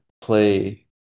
play